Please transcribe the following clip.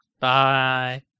Bye